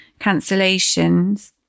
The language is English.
cancellations